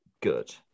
good